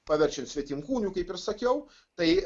paverčiant svetimkūniu kaip ir sakiau tai